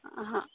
अहाॅं